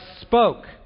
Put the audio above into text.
spoke